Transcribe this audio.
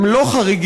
הם לא חריגים.